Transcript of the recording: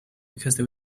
because